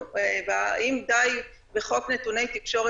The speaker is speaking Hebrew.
אני גם לא בטוחה